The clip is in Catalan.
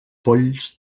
polls